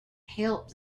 helped